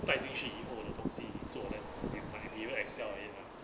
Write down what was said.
带进去以后你做 leh you might even excel at it mah